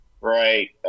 right